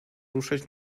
ruszać